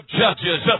judges